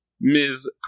Ms